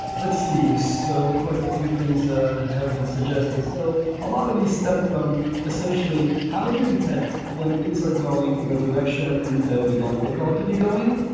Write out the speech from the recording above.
let's see. so quite a few things ah have been suggested. so a lot of these stem from essentially how do you detect when things are going in a direction that you don't think ought to be going,